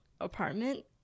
apartment